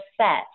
set